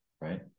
right